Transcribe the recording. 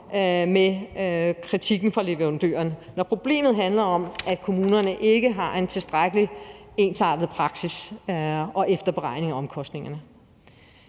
med kritikken fra leverandørerne, når problemet handler om, at kommunerne ikke har en tilstrækkelig ensartet praksis i efterberegningen af omkostningerne.